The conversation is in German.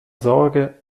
sorge